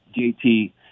JT